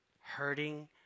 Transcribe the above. hurting